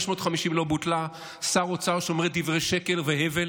550 לא בוטלה, שר אוצר שאומר דברי שקר והבל,